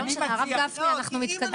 לא משנה הרב גפני אנחנו מתקדמים.